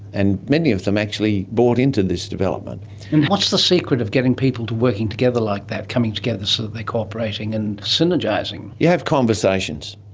and many of them actually bought into this development. and what's the secret of getting people working together like that, coming together so that they cooperating and synergising? you have conversations.